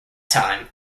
time